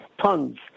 tons